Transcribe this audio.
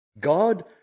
God